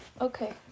okay